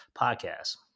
podcast